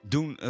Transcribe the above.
Doen